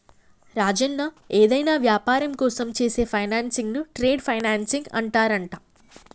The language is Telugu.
రాజన్న ఏదైనా వ్యాపారం కోసం చేసే ఫైనాన్సింగ్ ను ట్రేడ్ ఫైనాన్సింగ్ అంటారంట